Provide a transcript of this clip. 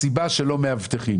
הסיבה שלא מאבטחים